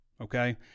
okay